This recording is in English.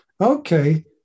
Okay